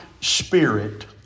spirit